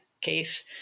case